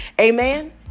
Amen